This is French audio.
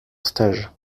stage